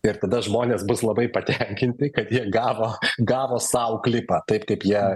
ir tada žmonės bus labai patenkinti kad jie gavo gavo sau sklypą taip kaip jie